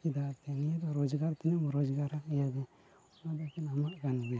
ᱪᱮᱫᱟᱜᱛᱮ ᱱᱤᱭᱟᱹ ᱫᱚ ᱨᱳᱽᱡᱜᱟᱨ ᱛᱤᱱᱟᱹᱜ ᱮᱢ ᱨᱳᱡᱽᱜᱟᱨᱟ ᱱᱤᱭᱟᱹ ᱜᱮ ᱚᱱᱟ ᱠᱚᱫᱚ ᱟᱢᱟᱜ ᱠᱟᱱ ᱜᱮᱭᱟ